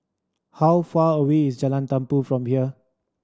how far away is Jalan Tumpu from here